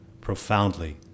profoundly